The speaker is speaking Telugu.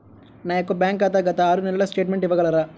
నా యొక్క బ్యాంక్ ఖాతా గత ఆరు నెలల స్టేట్మెంట్ ఇవ్వగలరా?